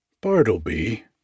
Bartleby